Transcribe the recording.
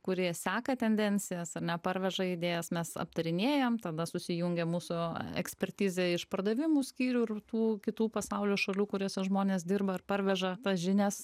kurie seka tendencijas ar ne parveža idėjas mes aptarinėjam tada susijungia mūsų ekspertizė išpardavimų skyrių ir tų kitų pasaulio šalių kuriose žmonės dirba ir parveža tas žinias